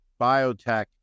biotech